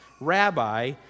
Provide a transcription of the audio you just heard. Rabbi